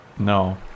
no